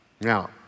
Now